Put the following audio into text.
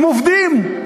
הם עובדים.